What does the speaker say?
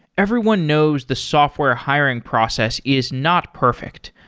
everyone knows the software hiring process is not perfect.